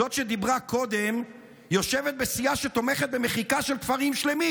זאת שדיברה קודם יושבת בסיעה שתומכת במחיקה של כפרים שלמים.